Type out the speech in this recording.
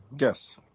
Yes